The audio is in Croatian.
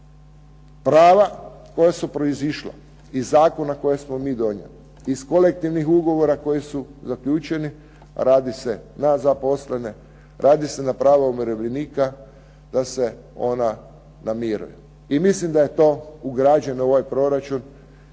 prava koja su proizišla iz zakona koje smo mi donijeli iz kolektivnih ugovora koji su zaključeni radi se na zaposlene, radi se na prava umirovljenika, da se ona namire. I mislim da je to ugrađeno u ovaj proračun